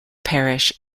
parish